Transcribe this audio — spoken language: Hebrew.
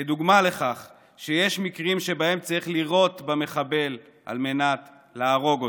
כדוגמה לכך שיש מקרים שבהם צריך לירות במחבל על מנת להרוג אותו.